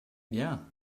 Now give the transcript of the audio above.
bien